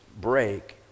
break